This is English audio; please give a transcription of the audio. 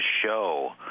show